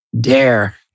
dare